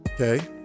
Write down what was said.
Okay